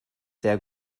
sehr